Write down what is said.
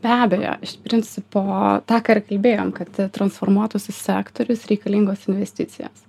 be abejo iš principo tąkart kalbėjom kad transformuotųsi sektorius reikalingos investicijos